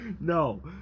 no